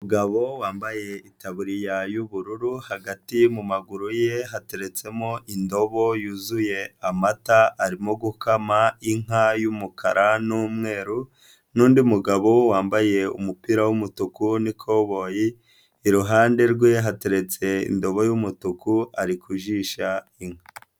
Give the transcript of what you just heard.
Umugabo wambaye itabuririya y'ubururu, hagati mu maguru ye hateretsemo indobo yuzuye amata arimo gukama inka y'umukara n'umweru, n'undi mugabo wambaye umupira w'umutuku n'ikoboyi, iruhande rwe hateretse indobo y'umutuku ari kujisha inka.